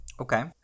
Okay